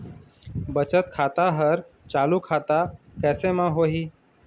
बचत खाता हर चालू खाता कैसे म होही?